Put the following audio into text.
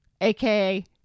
aka